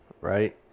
Right